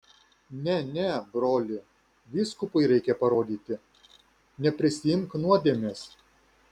ne ne broli vyskupui reikia parodyti neprisiimk nuodėmės